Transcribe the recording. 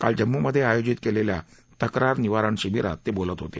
काल जम्मूमधे आयोजित केलेल्या तक्रार निवारण शिबिरात ते बोलत होते